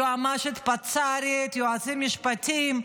יועמ"שית, פצ"רית, יועצים משפטיים,